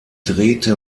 drehte